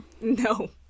no